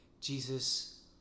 Jesus